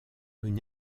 une